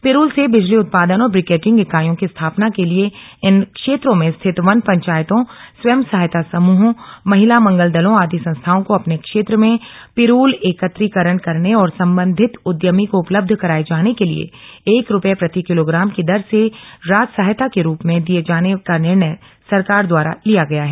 पिरूल से बिजली उत्पादन और ब्रिकेटिंग इकाइयों की स्थापना के लिये इन क्षेत्रों में रिथित वन पंचायतों स्वयं सहायता समूहों महिला मंगल दलों आदि संस्थाओं को अपने क्षेत्र में पिरूल एकत्रीकरण करने और सम्बन्धित उद्यमी को उपलब्ध कराये जाने के लिये एक रुपये प्रति किलोग्राम की दर से राज सहायता के रूप में दिये जाने का निर्णय सरकार द्वारा लिया गया है